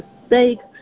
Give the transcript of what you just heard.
mistakes